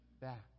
back